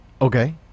Okay